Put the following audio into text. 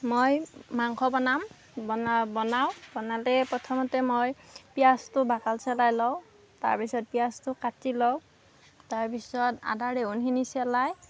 মই মাংস বনাম বনা বনাওঁ বনালে প্ৰথমতে মই পিঁয়াজটো বাকাল ছেলাই লওঁ তাৰ পিছত পিঁয়াজটো কাটি লওঁ তাৰ পিছত আদা ৰেহুনখিনি ছেলাই